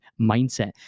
mindset